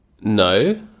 No